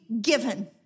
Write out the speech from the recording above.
given